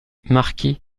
marquis